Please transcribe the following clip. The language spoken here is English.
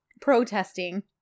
protesting